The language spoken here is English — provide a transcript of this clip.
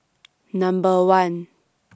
Number one